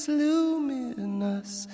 luminous